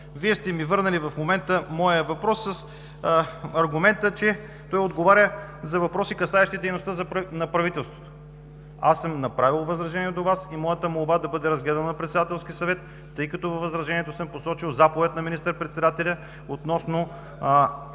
Вие сте ми върнали в момента моя въпрос с аргумента, че той отговаря за въпроси, касаещи дейността на правителството. Аз съм направил възражение до Вас. Моята молба е да бъде разгледано на Председателския съвет, тъй като във възражението си съм посочил заповед на министър-председателя на